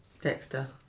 Dexter